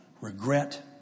regret